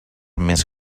més